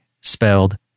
spelled